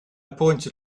pointed